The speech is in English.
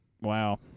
Wow